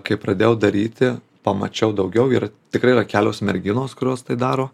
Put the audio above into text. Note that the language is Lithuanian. kai pradėjau daryti pamačiau daugiau ir tikrai yra kelios merginos kurios tai daro